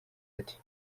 ati